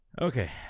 Okay